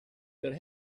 could